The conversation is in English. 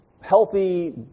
healthy